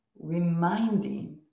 reminding